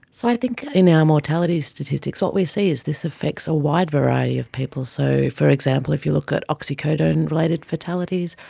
so i think in our mortality statistics what we see is this affects a wide variety of people. so, for example, if you look at oxycodone related fatalities,